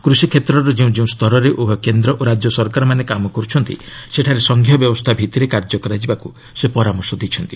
କୃଷି କ୍ଷେତ୍ରର ଯେଉଁ ଯେଉଁ ସ୍ତରରେ ଉଭୟ କେନ୍ଦ୍ର ଓ ରାଜ୍ୟ ସରକାରମାନେ କାମ କରୁଛନ୍ତି ସେଠାରେ ସଙ୍ଘିୟ ବ୍ୟବସ୍ଥା ଭିତ୍ତିରେ କାର୍ଯ୍ୟ କରାଯିବାକୁ ସେ ପରାମର୍ଶ ଦେଇଛନ୍ତି